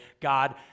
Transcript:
God